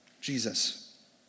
Jesus